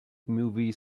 movies